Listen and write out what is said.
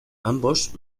ambos